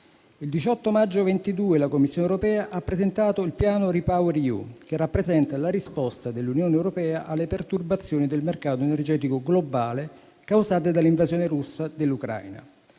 Il 18 maggio 2022, la Commissione europea ha presentato il piano REPowerEU, che rappresenta la risposta dell'Unione europea alle perturbazioni del mercato energetico globale causate dall'invasione russa dell'Ucraina.